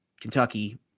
Kentucky –